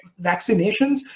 vaccinations